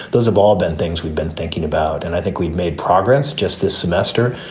those have all been things we've been thinking about. and i think we've made progress just this semester,